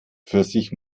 pfirsich